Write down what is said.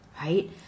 right